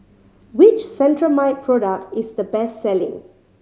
which Cetrimide product is the best selling